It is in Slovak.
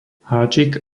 háčik